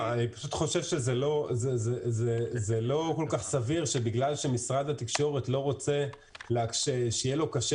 לא כל כך סביר שבגלל שמשרד התקשורת לא רוצה שיהיה לו קשה